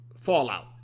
Fallout